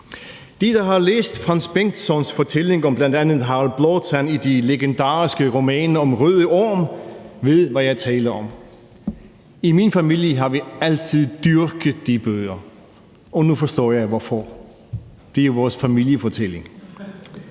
De, der har læst Frans G. Bengtssons fortælling om bl.a. Harald Blåtand i de legendariske romaner »Røde Orm«, ved, hvad jeg taler om. I min familie har vi altid dyrket de bøger, og nu forstår jeg hvorfor. Det er vores familiefortælling.